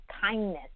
kindness